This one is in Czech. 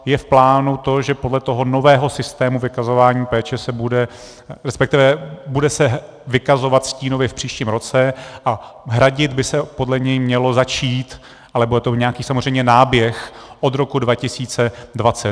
Je v plánu to, že podle toho nového systému vykazování péče se bude, resp. bude se vykazovat stínově v příštím roce a hradit by se podle něj mělo začít, ale bude to nějaký samozřejmě náběh, od roku 2020.